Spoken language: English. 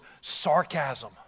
sarcasm